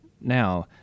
now